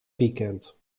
weekend